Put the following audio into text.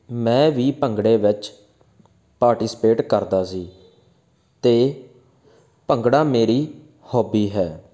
ਮੈਂ ਵੀ ਭੰਗੜੇ ਵਿੱਚ ਪਾਰਟੀਸਪੇਟ ਕਰਦਾ ਸੀ ਅਤੇ ਭੰਗੜਾ ਮੇਰੀ ਹੋਬੀ ਹੈ